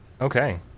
Okay